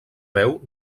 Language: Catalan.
veu